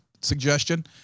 suggestion